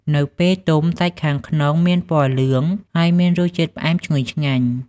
នៅពេលទុំ សាច់ខាងក្នុងមានពណ៌លឿង ហើយមានរសជាតិផ្អែមឈ្ងុយឆ្ងាញ់។